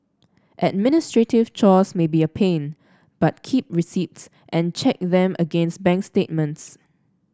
administrative chores may be a pain but keep receipts and check them against bank statements